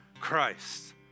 Christ